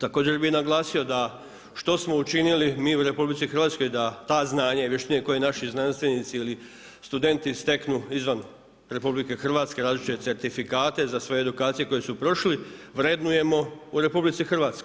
Također bih naglasio da što smo učinili mi u RH da ta znanja i vještine koje naši znanstvenici ili studenti steknu izvan RH različite certifikate za sve edukacije koje su prošli vrednujemo u RH.